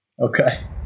Okay